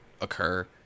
occur